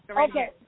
Okay